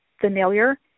familiar